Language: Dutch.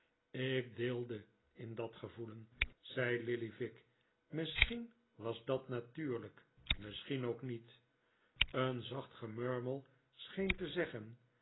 ik deelde in dat gevoelen zei lilly vick misschien was dat natuurlijk misschien ook niet een zacht gemurmel scheen te zeggen